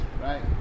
right